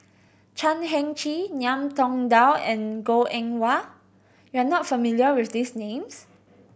Chan Heng Chee Ngiam Tong Dow and Goh Eng Wah you are not familiar with these names